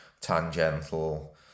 tangential